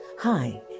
Hi